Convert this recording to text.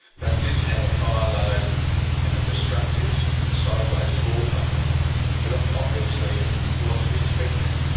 but this had a fire load and a destructive sideways force on it that obviously wasn't expected.